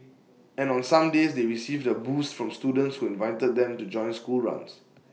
and on some days they received A boost from students who invited them to join school runs